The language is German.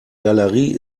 galerie